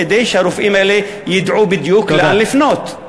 כדי שהרופאים האלה ידעו בדיוק לאן לפנות?